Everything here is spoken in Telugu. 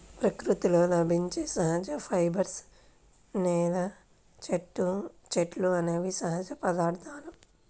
ప్రకృతిలో లభించే సహజ ఫైబర్స్, నేల, చెట్లు అనేవి సహజ పదార్థాలు